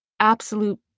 Absolute